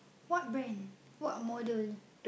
what brand what model